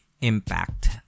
Impact